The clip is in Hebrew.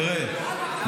תראה,